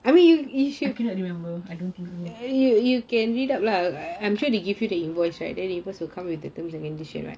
I cannot remember I don't think